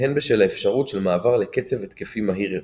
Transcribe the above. והן בשל האפשרות של מעבר לקצב התקפים מהיר יותר.